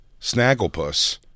Snagglepuss